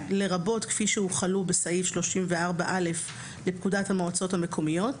לרבות כפי שהוחלו בסעיף 34א לפקודת המועצות המקומיות,